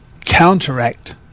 counteract